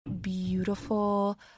beautiful